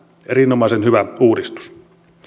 erinomaisen hyvä uudistus